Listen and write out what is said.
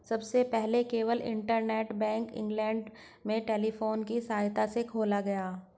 सबसे पहले केवल इंटरनेट बैंक इंग्लैंड में टेलीफोन की सहायता से खोला गया